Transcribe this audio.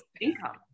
income